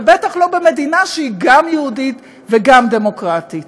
ובטח לא במדינה שהיא גם יהודית וגם דמוקרטית.